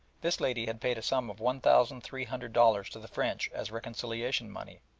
this lady had paid a sum of one thousand three hundred dollars to the french as reconciliation money,